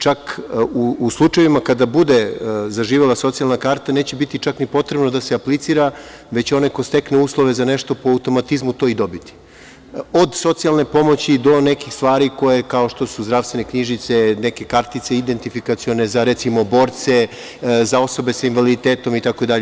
Čak u slučajevima kada bude zaživela socijalna karta neće biti čak ni potrebno da se aplicira, već će onaj koji stekne uslove za nešto po automatizmu to i dobiti od socijalne pomoći do nekih stvari koje kao što su zdravstvene knjižice, neke kartice identifikacione za, recimo, borce, za osobe sa invaliditetom itd.